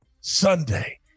Sunday